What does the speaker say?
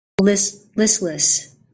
listless